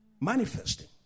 manifesting